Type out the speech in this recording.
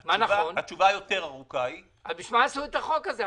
מה עשו את החוק הזה?